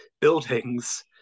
buildings